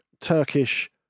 Turkish